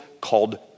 called